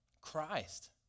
Christ